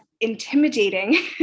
intimidating